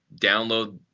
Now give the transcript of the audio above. download